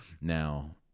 Now